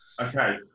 Okay